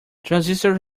transistors